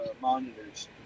monitors